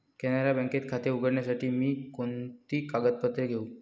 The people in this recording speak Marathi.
कॅनरा बँकेत खाते उघडण्यासाठी मी कोणती कागदपत्रे घेऊ?